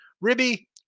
Ribby